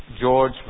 George